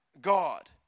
God